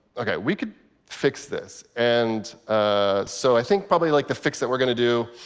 ok, we could fix this. and ah so i think probably like the fix that we're going to do,